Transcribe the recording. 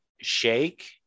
shake